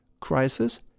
crisis